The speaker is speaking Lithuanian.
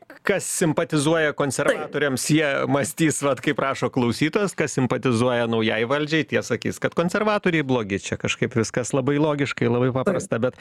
kas simpatizuoja konservatoriams jie mąstys vat kaip rašo klausytojas kas simpatizuoja naujai valdžiai tie sakys kad konservatoriai blogi čia kažkaip viskas labai logiškai labai paprasta bet